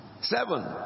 seven